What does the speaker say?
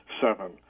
seven